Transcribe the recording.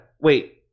wait